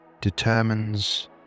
determines